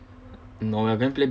no we're gonna play